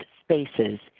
spaces